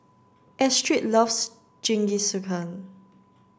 Astrid loves Jingisukan